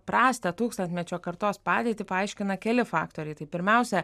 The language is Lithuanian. prastą tūkstantmečio kartos padėtį paaiškina keli faktoriai tai pirmiausia